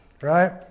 Right